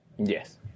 Yes